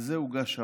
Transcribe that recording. על זה הוגש ערר.